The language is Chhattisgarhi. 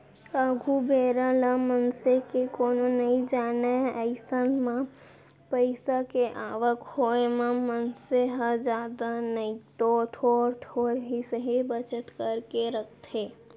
आघु बेरा ल मनसे के कोनो नइ जानय अइसन म पइसा के आवक होय म मनसे ह जादा नइतो थोर थोर ही सही बचत करके रखथे